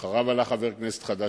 ואחריו עלה חבר כנסת חדש,